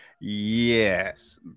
Yes